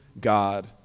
God